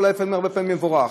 והרבה פעמים זה אולי דבר מבורך.